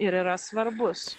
ir yra svarbus